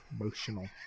Emotional